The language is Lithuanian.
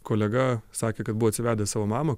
kolega sakė kad buvo atsivedęs savo mamą